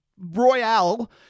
royale